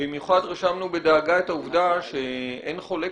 במיוחד רשמנו בדאגה את העובדה שאין חולק